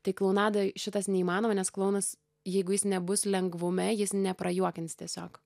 tai klounadoj šitas neįmanoma nes klounas jeigu jis nebus lengvume jis neprajuokins tiesiog